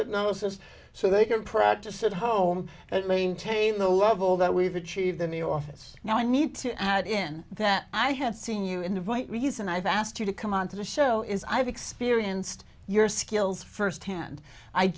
hypnosis so they can practice at home and maintain the level that we've achieved in the office now i need to add in that i have seen you in the right reason i've asked you to come onto the show is i've experienced your skills firsthand i